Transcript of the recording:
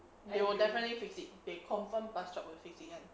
they will definitely fix it they confirm plus chop will fix it [one]